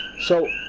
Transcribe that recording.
so,